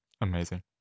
Amazing